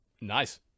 nice